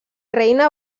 reina